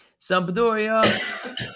Sampdoria